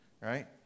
right